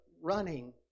running